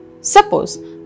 suppose